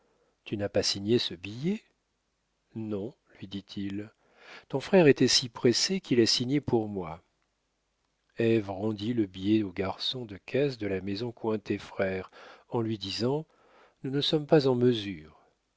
tu n'as pas signé ce billet non lui dit-il ton frère était si pressé qu'il a signé pour moi ève rendit le billet au garçon de caisse de la maison cointet frères en lui disant nous ne sommes pas en mesure